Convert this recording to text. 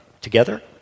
Together